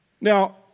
Now